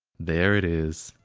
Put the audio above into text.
there it is.